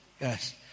Yes